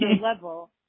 level